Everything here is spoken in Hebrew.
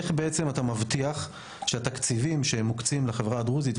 איך אתה מבטיח שהתקציבים שמוקצים לחברה הדרוזית,